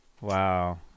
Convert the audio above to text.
Wow